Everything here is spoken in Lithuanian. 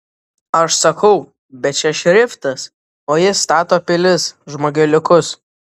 aš sakau bet čia šriftas o jis stato pilis žmogeliukus